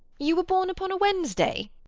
you were born upon a wednesday?